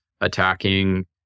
attacking